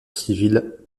civile